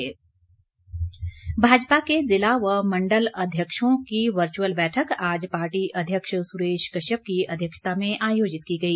भाजपा बैठक भाजपा के जिला व मण्डल अध्यक्षों की वर्चुअल बैठक आज पार्टी अध्यक्ष सुरेश कश्यप की अध्यक्षता में आयोजित की गई